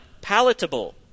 palatable